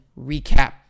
recap